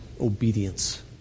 obedience